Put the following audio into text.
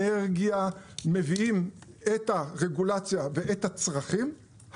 אנרגיה ומביאים את הרגולציה ואת הצרכים,